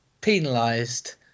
penalized